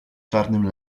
czarnym